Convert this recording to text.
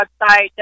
website